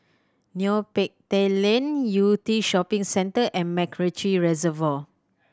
Neo Pee Teck Lane Yew Tee Shopping Centre and MacRitchie Reservoir